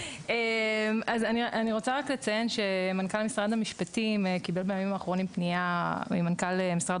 לציין שמנכ"ל משרד המשפטים קיבל בימים האחרונים פנייה ממנכ"ל משרד